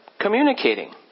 communicating